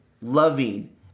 loving